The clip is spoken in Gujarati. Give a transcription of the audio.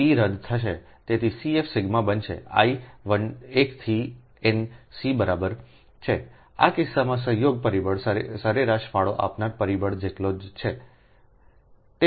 તેથી CF સિગ્મા બનશે I 1 થી n C બરાબર છે I આ કિસ્સામાં સંયોગ પરિબળ સરેરાશ ફાળો આપનાર પરિબળો જેટલો છે